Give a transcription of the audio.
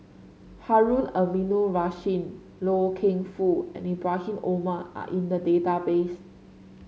Harun Aminurrashid Loy Keng Foo and Ibrahim Omar are in the database